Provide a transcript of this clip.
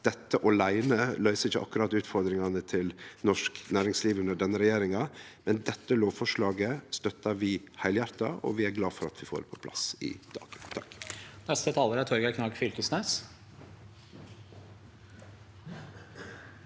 dette åleine ikkje akkurat løyser utfordringane til norsk næringsliv under denne regjeringa. Men dette lovforslaget støttar vi heilhjarta, og vi er glade for at vi får det på plass i dag.